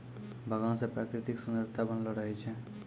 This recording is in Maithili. बगान से प्रकृतिक सुन्द्ररता बनलो रहै छै